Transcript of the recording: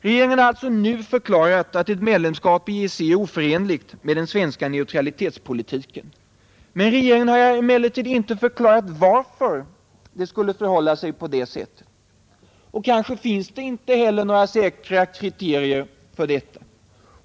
Regeringen har alltså nu förklarat att ett medlemskap i EEC är oförenligt med den svenska neutralitetspolitiken. Regeringen har emellertid inte förklarat varför det skulle förhålla sig på det sättet. Och kanske finns det inte heller några säkra kriterier för detta.